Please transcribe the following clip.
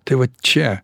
tai vat čia